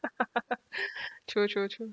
true true true